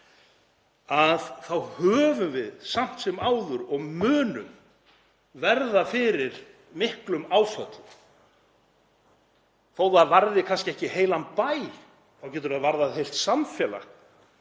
bráð þá höfum við samt sem áður og munum verða fyrir miklum áföllum. Þótt það varði kannski ekki heilan bæ þá getur það varðað heilt samfélag.